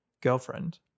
girlfriend